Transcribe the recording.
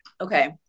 Okay